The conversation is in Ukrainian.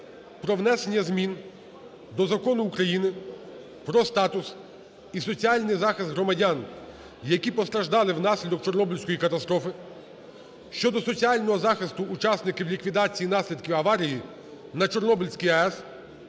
про внесення змін до Закону України "Про статус і соціальний захист громадян, які постраждали внаслідок Чорнобильської катастрофи" (щодо соціального захисту учасників ліквідації наслідків аварії на Чорнобильській АЕС)